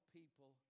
people